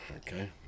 Okay